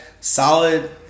solid